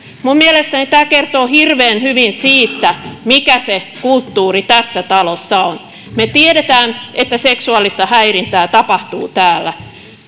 minun mielestäni tämä kertoo hirveän hyvin siitä mikä se kulttuuri tässä talossa on me tiedämme että seksuaalista häirintää tapahtuu täällä